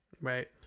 Right